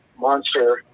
monster